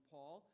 Paul